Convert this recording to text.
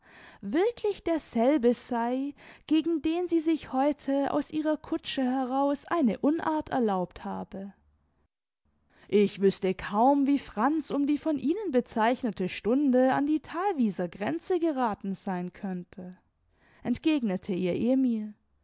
wirklich derselbe sei gegen den sie sich heute aus ihrer kutsche heraus eine unart erlaubt habe ich wüßte kaum wie franz um die von ihnen bezeichnete stunde an die thalwieser grenze gerathen sein könnte entgegnete ihr emil